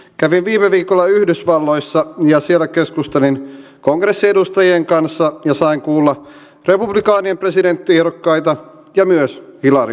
kävin viime viikolla yhdysvalloissa ja siellä keskustelin kongressiedustajien kanssa ja sain kuulla republikaanien presidenttiehdokkaita ja myös hillary clintonia